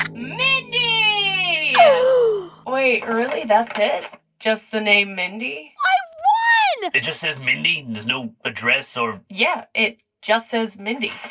ah mindy wait, really? that's it? just the name mindy? i won it just says mindy? there's no address or. yeah. it just says mindy